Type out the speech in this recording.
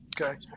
Okay